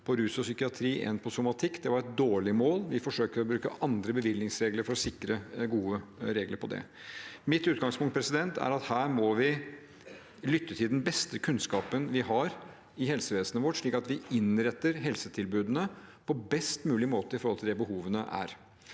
Det var et dårlig mål. Vi forsøker å bruke andre bevilgningsregler for å sikre gode regler på det. Mitt utgangspunkt er at vi her må lytte til den beste kunnskapen vi har i helsevesenet vårt, slik at vi innretter helsetilbudene på best mulig måte i henhold til behovene.